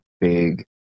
big